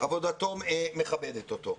עבודתו מכבדת אותו,